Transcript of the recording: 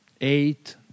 eight